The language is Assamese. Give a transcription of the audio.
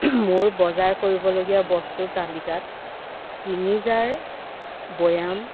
মোৰ বজাৰ কৰিবলগীয়া বস্তুৰ তালিকাত তিনি জাৰ বয়াম